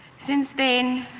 since then,